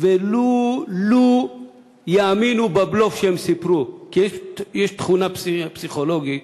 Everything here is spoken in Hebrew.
ולו יאמינו בבלוף שהם סיפרו כי יש תכונה פסיכולוגית